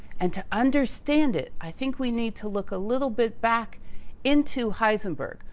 and to understand it, i think we need to look a little bit back into heisenberg.